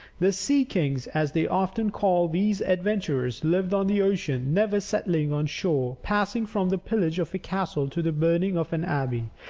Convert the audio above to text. the sea-kings, as they often called these adventurers, lived on the ocean, never settling on shore, passing from the pillage of a castle to the burning of an abbey,